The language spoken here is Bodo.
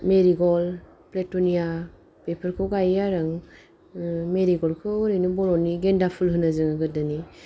मेरिग'लद प्लेट'निया बेफोरखौ गायो आरो आं मेरिग'लदखौ ओरैनो बर'नि गेन्दाफुल होनो जोङो गोदोनि